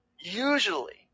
usually